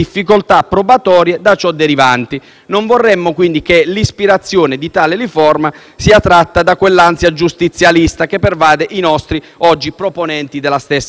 Non vorremmo quindi che l'ispirazione di tale riforma sia tratta da quell'ansia giustizialista che pervade gli attuali proponenti della stessa riforma dello stesso disegno di legge.